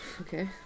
okay